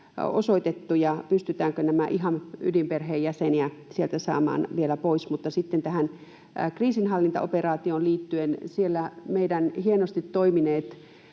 osoitettu, ja pystytäänkö ihan näitä ydinperheenjäseniä sieltä saamaan vielä pois? Sitten tähän kriisinhallintaoperaatioon liittyen. Siellä meidän hienosti toimineet